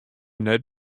net